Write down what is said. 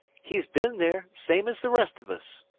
he's bin there, same as the rest of us.